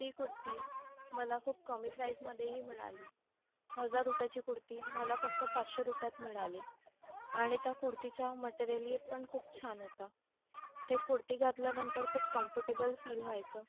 ती कुरती मला खूप कमी प्राईजमधेही मिळाली हजार रुपयची कुरती मला फक्त पाचशे रुपयात मिळाली आणि त्या कुरतीचा मटेरेली पण खूप छान होता ते कुरती घातल्यानंतर खूप कम्फटेबल फील व्हायचं